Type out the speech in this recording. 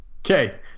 Okay